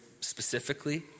specifically